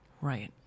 Right